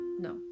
no